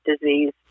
disease